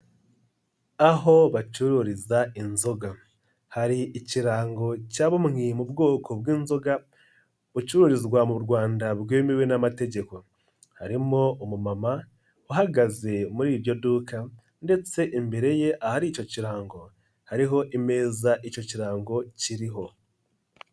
Aho bacururiza inzoga hari ikirango cyabumwe mu bwoko bw'inzoga ucururizwa mu Rwanda byemewe n'amategeko, harimo umumama uhagaze muri iryo duka ndetse imbere ye ahari icyo kirango, harimo ameza icyo kirango kiriho.